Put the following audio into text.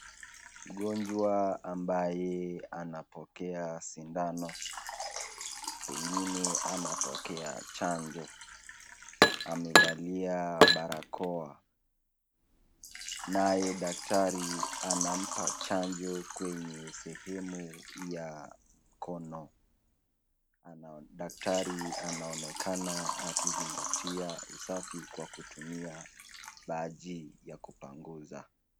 Mgonjwa ambaye anapokea sindano, pengine anapokea chanjo. Amevalia barakoa, naye daktari anampa chanjo kwenye sehemu ya mkono. Daktari anaonekana akizingatia usafi kwa kutumia maji ya kupanguza.